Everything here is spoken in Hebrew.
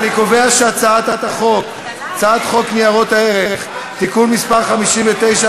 אני קובע שהצעת חוק ניירות ערך (תיקון מס' 59),